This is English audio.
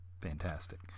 fantastic